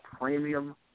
premium